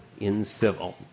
incivil